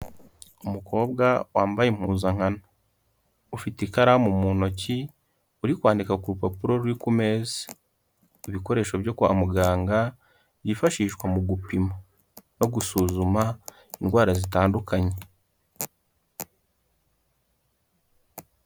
Umukobwa wambaye impuzankano ufite ikaramu mu ntoki uri kwandika ku rupapuro ruri kumeza, ibikoresho byo kwa muganga yifashishwa mu gupima no gusuzuma indwara zitandukanye.